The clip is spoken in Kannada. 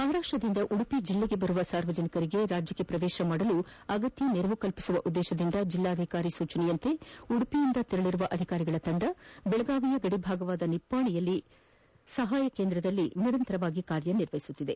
ಮಹಾರಾಷ್ಟದಿಂದಉಡುಪಿ ಜಿಲ್ಲೆಗೆಬರುವ ಸಾರ್ವಜನಿಕರಿಗೆ ರಾಜ್ಯಕ್ಷೆ ಪ್ರವೇಶಿಸಿಲು ಅಗತ್ಯ ನೆರವು ನೀಡುವ ಉದ್ದೇಶದಿಂದ ಜೆಲ್ಲಾಧಿಕಾರಿ ಅವರ ಸೂಚನೆಯಂತೆ ಉಡುಪಿಯಿಂದ ತೆರಳರುವ ಅಧಿಕಾರಿ ತಂಡ ಬೆಳಗಾವಿಯ ಗಡಿಭಾಗವಾದ ನಿಪ್ಟಾಣಿಯಲ್ಲಿ ತಗ್ಗಿರುವ ಸಹಾಯ ಕೇಂದ್ರದಲ್ಲಿ ನಿರಂತರವಾಗಿ ಕಾರ್ಯನಿರ್ವಹಿಸುತ್ತಿದೆ